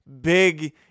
big